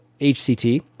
HCT